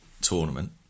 tournament